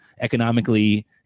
economically